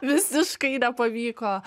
visiškai nepavyko